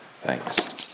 Thanks